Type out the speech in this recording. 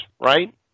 right